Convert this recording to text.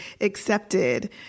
accepted